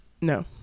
no